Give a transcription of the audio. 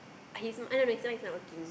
I his I know his noise is not working